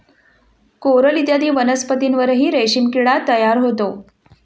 coral इत्यादी वनस्पतींवरही रेशीम किडा तयार होतो